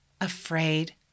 afraid